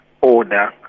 order